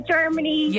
Germany